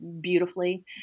beautifully